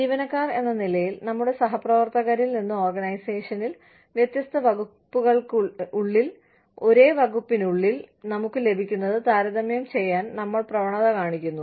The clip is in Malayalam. ജീവനക്കാർ എന്ന നിലയിൽ നമ്മുടെ സഹപ്രവർത്തകരിൽ നിന്ന് ഓർഗനൈസേഷനിൽ വ്യത്യസ്ത വകുപ്പുകൾക്കുള്ളിൽ ഒരേ വകുപ്പിനുള്ളിൽ നമുക്ക് ലഭിക്കുന്നത് താരതമ്യം ചെയ്യാൻ നമ്മൾ പ്രവണത കാണിക്കുന്നു